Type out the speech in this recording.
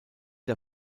der